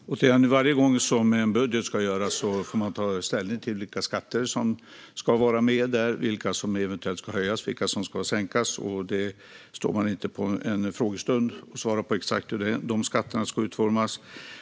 Herr talman! Återigen - varje gång en budget ska göras får man ta ställning till vilka skatter som ska vara med, vilka som eventuellt ska höjas och vilka som ska sänkas. Man står inte på en frågestund och svarar på exakt hur skatterna ska utformas.